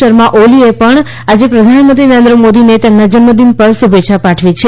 શર્મા ઓલીએ આજે પ્રધાનમંત્રી નરેન્દ્ર મોદીને તેમના જન્મ દિવસ પર શુભેચ્છા પાઠવી છે